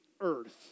earth